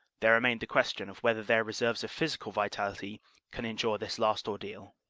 there remained the question of whether their reserves of physical vitality can endure this last ordeal.